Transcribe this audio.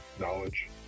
Knowledge